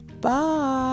Bye